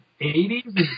80s